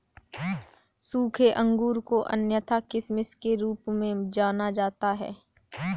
सूखे अंगूर को अन्यथा किशमिश के रूप में जाना जाता है